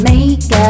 Make